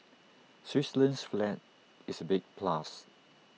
Switzerland's flag is A big plus